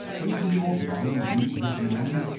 did the old lhari read his mind?